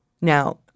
Now